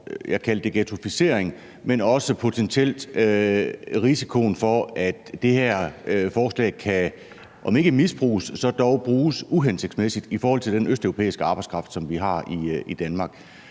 jeg kaldte for ghettoisering, men også potentielt risikoen for, at det her forslag kan om ikke misbruges så dog bruges uhensigtsmæssigt i forhold til den østeuropæiske arbejdskraft, som vi har i Danmark.